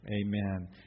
Amen